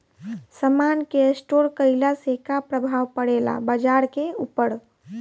समान के स्टोर काइला से का प्रभाव परे ला बाजार के ऊपर?